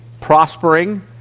prospering